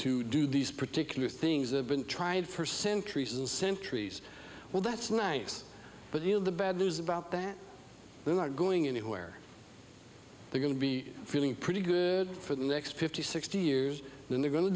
to do these particular things have been tried for centuries and centuries well that's nice but the bad news about that they're not going anywhere they're going to be feeling pretty good for the next fifty sixty years then they're go